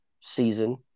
season